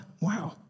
Wow